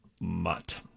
Mutt